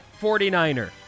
49er